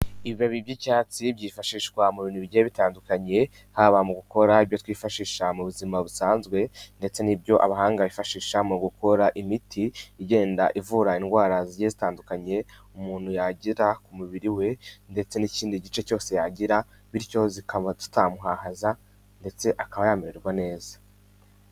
Ibibi by'icyatsi byifashishwa mu bintu bigiye bitandukanye, haba mu gukora ibyo twifashisha mu buzima busanzwe ndetse n'ibyo abahanga bifashisha mu gukora imiti, igenda ivura indwara zigiye zitandukanye umuntu yagira ku mubiri we ndetse n'ikindi gice cyose yagira, bityo zikaba zitamuhahaza ndetse akaba yamererwa neza.